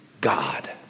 God